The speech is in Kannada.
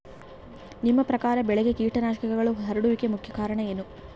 ನಿಮ್ಮ ಪ್ರಕಾರ ಬೆಳೆಗೆ ಕೇಟನಾಶಕಗಳು ಹರಡುವಿಕೆಗೆ ಮುಖ್ಯ ಕಾರಣ ಏನು?